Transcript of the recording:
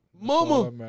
Mama